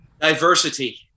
Diversity